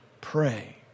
pray